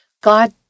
God